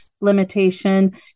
limitation